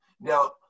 Now